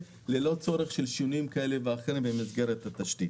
בלי צורך בשינויים כאלה ואחרים בתשתית.